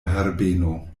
herbeno